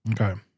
Okay